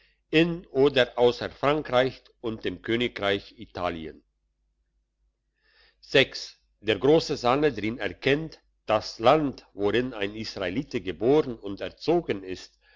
in oder ausser frankreich und dem königreich italien der grosse sanhedrin erkennt das land worin ein israelite geboren und erzogen ist